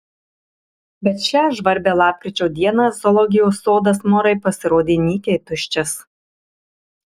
bet šią žvarbią lapkričio dieną zoologijos sodas morai pasirodė nykiai tuščias